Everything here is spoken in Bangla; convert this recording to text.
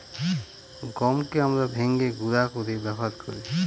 গমকে আমরা ভেঙে গুঁড়া করে ব্যবহার করি